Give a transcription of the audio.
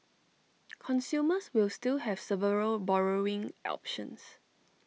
consumers will still have several borrowing options